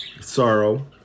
sorrow